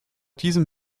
diesem